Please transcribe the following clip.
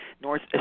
North